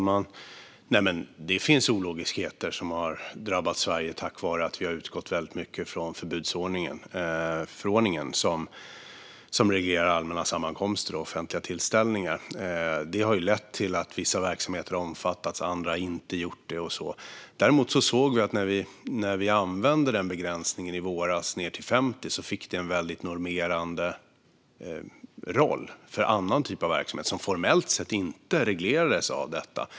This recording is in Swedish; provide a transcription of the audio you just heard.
Fru talman! Det finns absolut ologiskheter som har drabbat Sverige på grund av att vi har utgått väldigt mycket från förbudsförordningen, som reglerar allmänna sammankomster och offentliga tillställningar. Det har lett till att vissa verksamheter har omfattats och att andra inte har omfattats. När vi i våras använde förordningen för att begränsa antalet till 50 såg vi dock att det fick en normerande roll för annan typ av verksamhet, som formellt sett inte reglerades av detta.